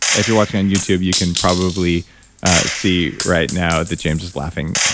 if you're watching on youtube, you can probably see right now that james is laughing.